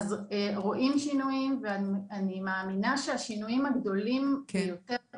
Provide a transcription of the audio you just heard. אז רואים שינויים ואני מאמינה שהשינויים הגדולים יותר.